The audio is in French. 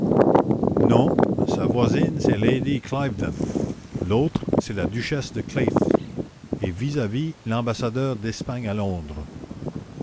non sa voisine c'est lady cleathhorps duchesse de cleath et vis-à-vis l'ambassadeur d'espagne à londres